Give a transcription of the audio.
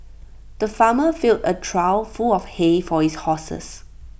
the farmer filled A trough full of hay for his horses